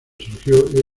surgió